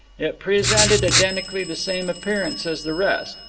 it presented identically the same appearance as the rest,